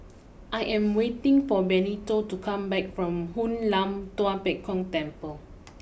I am waiting for Benito to come back from Hoon Lam Tua Pek Kong Temple